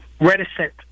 reticent